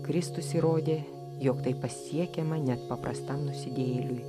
kristus įrodė jog tai pasiekiama net paprastam nusidėjėliui